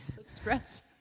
Stress